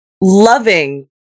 loving